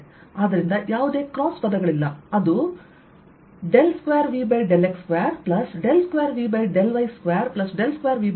ಆದ್ದರಿಂದ ಯಾವುದೇ ಕ್ರಾಸ್ ಪದಗಳಿಲ್ಲ ಅದು -2V ∂x22V ∂y22V ∂z2